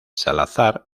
salazar